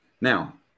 Now